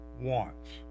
wants